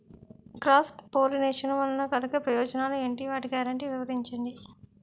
Cross pollination వలన కలిగే ప్రయోజనాలు ఎంటి? వాటి గ్యారంటీ వివరించండి?